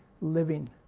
living